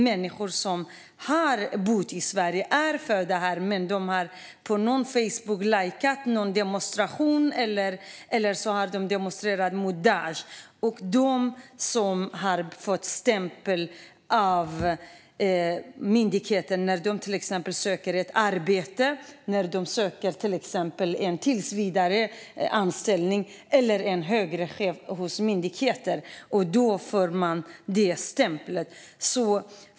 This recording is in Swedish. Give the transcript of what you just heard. Många har bott i Sverige och är födda här. På Facebook har de lajkat någon demonstration eller så har de demonstrerat mot Daish, och så har de fått en stämpel av myndigheten som syns när de till exempel söker ett arbete som högre chef hos myndigheter.